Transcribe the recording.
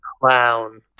clown